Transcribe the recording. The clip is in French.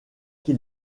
qui